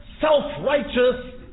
self-righteous